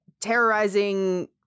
terrorizing